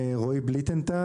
אני רועי בליטנטל,